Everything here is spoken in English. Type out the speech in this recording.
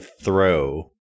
throw